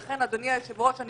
אלו דברים חשובים, ותמשיכי ככה.